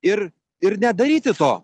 ir ir nedaryti to